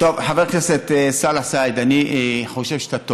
חבר הכנסת סאלח סעד, אני חושב שאתה טועה.